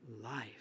life